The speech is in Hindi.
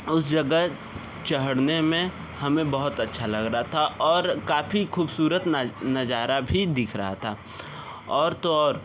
उस जगह चढ़ने में हमें बहुत अच्छा लग रहा था और काफ़ी ख़ूबसूरत नज़ारा भी दिख रहा था और तो और